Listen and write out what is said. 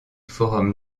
forum